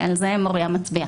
ועל זה מוריה מצביעה.